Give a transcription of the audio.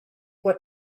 what